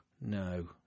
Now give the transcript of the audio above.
no